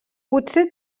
potser